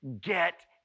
get